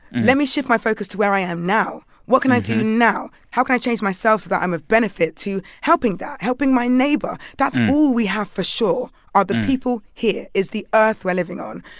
let me shift my focus to where i am now. what can i do now? how can i change myself so that i'm of benefit to helping that, helping my neighbor? that's all we have for sure, are the people here, is the earth we're living on.